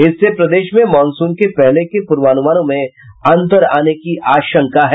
इससे प्रदेश में मानसून के पहले के पूर्वानुमानों में अंतर आने की आशंका है